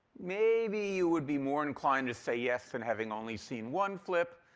maybe you would be more inclined to say yes and having only seen one flip,